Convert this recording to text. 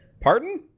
pardon